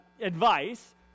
advice